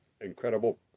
incredible